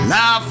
Now